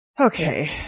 okay